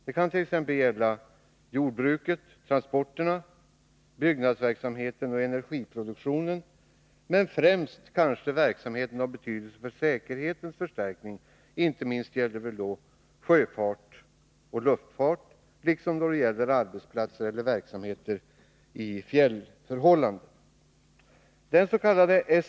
Det kan t.ex. gälla jordbruket, transporterna, byggnadsverksamheten och energiproduktionen, men främst kanske verksamheten har betydelse för säkerhetens förstärkning — inte minst när det gäller sjöoch luftfart, liksom då det gäller arbetsplatser eller verksamhet i fjällförhållanden.